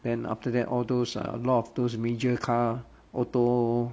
then after that all those uh a lot of those major car auto